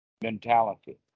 mentality